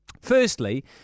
Firstly